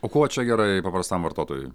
o kuo čia gerai paprastam vartotojui